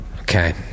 Okay